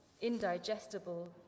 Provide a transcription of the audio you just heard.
indigestible